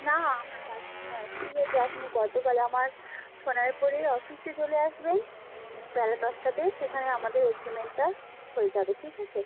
না আমার বাড়িতে নয় ঠিক আছে আপনি গতকাল আমার সোনারপুরের অফিসে চলে আসবেন বেলা দশটাতে সেখানে আমাদের এগ্রিমেন্টটা হয়ে যাবে ঠিক আছে